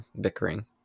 bickering